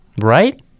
Right